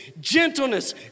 gentleness